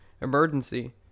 emergency